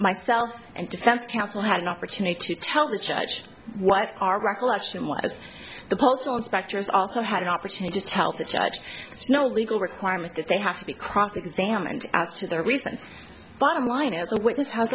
myself and defense counsel had an opportunity to tell the judge what our recollection was the postal inspectors also had an opportunity to tell the judge no legal requirement that they have to be cross examined out to their recent bottom line is a witness